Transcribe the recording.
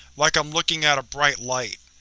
like i'm looking at a bright light.